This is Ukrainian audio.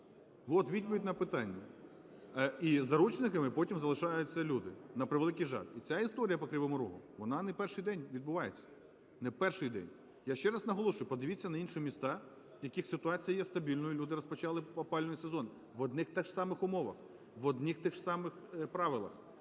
От відповідь на питання, і заручниками потім залишаються люди, на превеликий жаль. І ця історія по Кривому Рогу вона не перший день відбувається, не перший день. Я ще раз наголошую: подивіться на інші міста, в яких ситуація є стабільною, і люди розпочали опалювальний сезон в одних і тих самих умовах, в одних тих самих правилах,